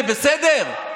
זה בסדר?